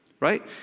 right